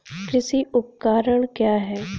कृषि उपकरण क्या है?